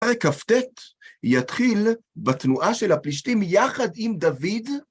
פרק כ"ט יתחיל בתנועה של הפלישתים יחד עם דוד.